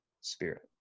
spirit